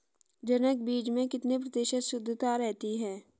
जनक बीज में कितने प्रतिशत शुद्धता रहती है?